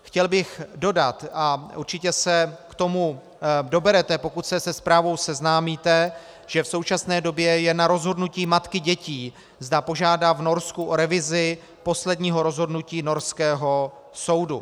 Chtěl bych dodat, a určitě se k tomu doberete, pokud se se zprávou seznámíte, že v současné době je na rozhodnutí matky dětí, zda požádá v Norsku o revizi posledního rozhodnutí norského soudu.